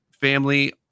family